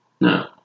No